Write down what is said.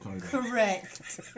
correct